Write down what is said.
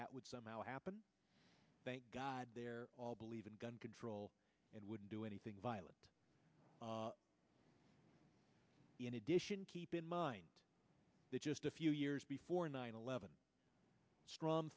that would somehow happen thank god they're all believe in gun control and would do anything violent in addition keep in mind that just a few years before nine eleven str